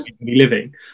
living